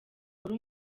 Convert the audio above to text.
nkore